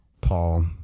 paul